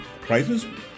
Prices